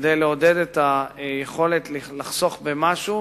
כדי לעודד את היכולת לחסוך במשהו